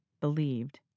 believed